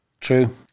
true